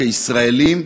כישראלים,